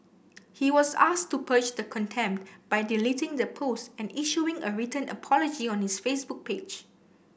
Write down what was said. he was asked to purge the contempt by deleting the post and issuing a written apology on his Facebook page